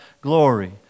glory